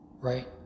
right